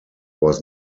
was